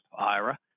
IRA